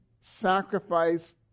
sacrifice